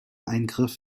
eingriff